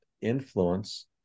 influence